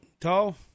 tall